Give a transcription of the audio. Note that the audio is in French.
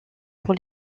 pour